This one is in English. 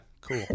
Cool